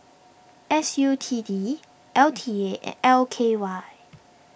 S U T D L T A and L K Y